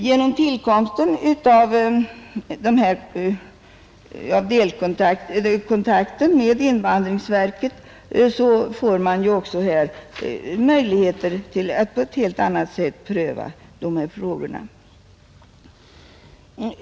Genom tillkomsten av kontakten med invandrarverket får man också möjlighet att pröva dessa frågor på ett helt annat sätt än tidigare.